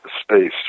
space